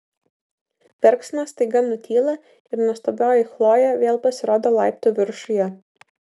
verksmas staiga nutyla ir nuostabioji chlojė vėl pasirodo laiptų viršuje